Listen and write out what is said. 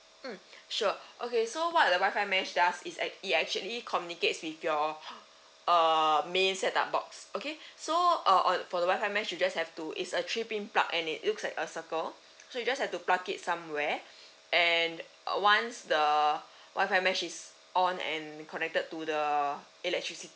mm sure okay so what a wifi mesh does is act~ it actually communicates with your uh main set up box okay so uh for the wifi mesh you just have to is a three pin plug and it looks like a circle so you just have to plug it somewhere and uh once the wifi mesh is on and connected to the electrici~